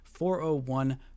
401